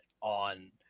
on